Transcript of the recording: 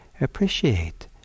Appreciate